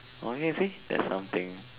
okay see there's some thing